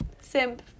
Simp